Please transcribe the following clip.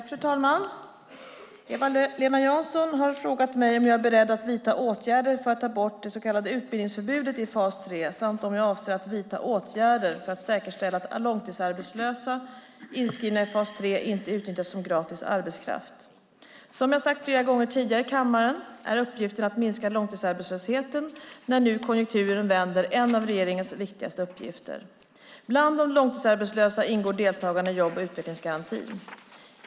Fru talman! Eva-Lena Jansson har frågat mig om jag är beredd att vidta åtgärder för att ta bort utbildningsförbudet i fas 3 samt om jag avser att vidta åtgärder för att säkerställa att långtidsarbetslösa inskrivna i fas 3 inte utnyttjas som gratis arbetskraft. Som jag har sagt flera gånger tidigare i kammaren är uppgiften att minska långtidsarbetslösheten när nu konjunkturen vänder en av regeringens viktigaste uppgifter. Bland de långtidsarbetslösa ingår deltagarna i jobb och utvecklingsgarantin.